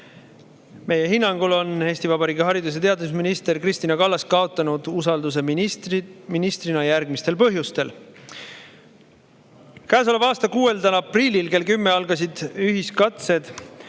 Meie hinnangul on Eesti Vabariigi haridus- ja teadusminister Kristina Kallas kaotanud usalduse ministrina järgmistel põhjustel. Käesoleva aasta 6. aprillil kell 10 algasid ühiskatsed